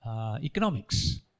economics